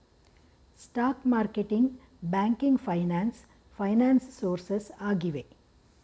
stock marketing, banking finance finance sources ಆಗಿವೆ